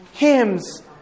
Hymns